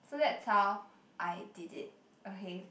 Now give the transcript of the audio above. so that's how I did it okay